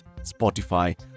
spotify